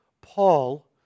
Paul